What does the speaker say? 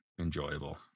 enjoyable